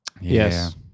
yes